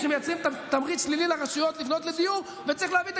של רפורמות שלכם לא היה אומץ.